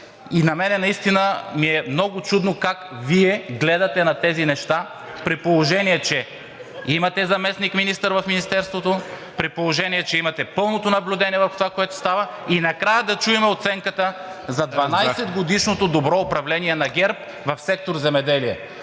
На мен наистина ми е много чудно как Вие гледате на тези неща, при положение че имате заместник-министър в Министерството, при положение че имате пълното наблюдение върху това, което става, и накрая да чуем оценката за 12-годишното добро управление на ГЕРБ в сектор „Земеделие“.